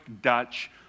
Dutch